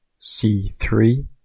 c3